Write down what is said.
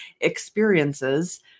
experiences